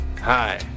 Hi